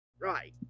Right